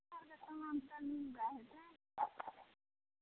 पूजाके समानसभ मिल जाइ हइ नहि